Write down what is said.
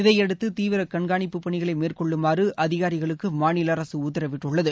இதையடுத்து தீவிர கண்காணிப்புப் பணிகளை மேற்கொள்ளுமாறு அதிகாரிகளுக்கு மாநில அரசு உத்தரவிட்டுள்ளது